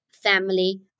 family